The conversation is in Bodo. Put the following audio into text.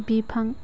बिफां